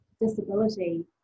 disability